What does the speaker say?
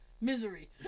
misery